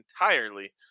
entirely